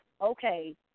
okay